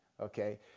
Okay